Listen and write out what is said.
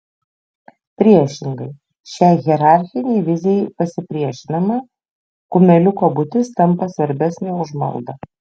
priešingai šiai hierarchinei vizijai pasipriešinama kumeliuko būtis tampa svarbesnė už maldą